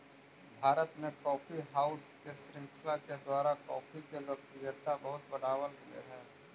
भारत में coffee house के श्रृंखला के द्वारा कॉफी के लोकप्रियता बहुत बढ़बल गेलई हे